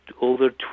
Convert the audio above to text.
Over